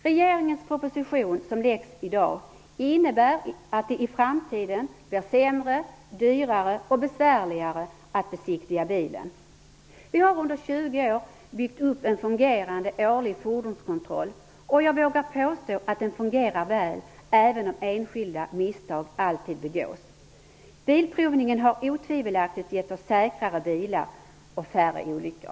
Regeringens proposition som läggs i dag innebär att det i framtiden blir sämre, dyrare och besvärligare att besiktiga bilen. Vi har under 20 år byggt upp en fungerande årlig fordonskontroll, och jag vågar påstå att den fungerar väl, även om enskilda misstag alltid begås. Bilprovningen har otvivelaktigt gett oss säkrare bilar och färre olyckor.''